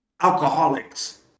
alcoholics